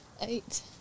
eight